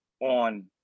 on